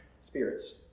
Spirits